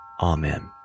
Amen